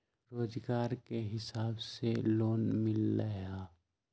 रोजगार के हिसाब से लोन मिलहई?